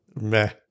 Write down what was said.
Meh